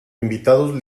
invitados